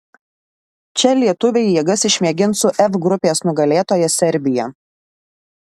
čia lietuviai jėgas išmėgins su f grupės nugalėtoja serbija